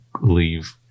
leave